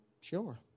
Sure